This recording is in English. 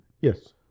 Yes